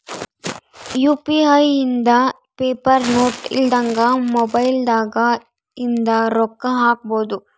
UPI ಇಂದ paper note ಇಲ್ದಂಗ mobile ದಾಗ ಇಂದ ರೊಕ್ಕ ಹಕ್ಬೊದು